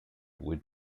would